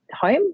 home